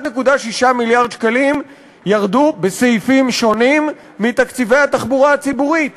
1.6 מיליארד שקלים ירדו בסעיפים שונים מתקציבי התחבורה הציבורית.